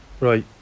Right